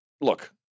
Look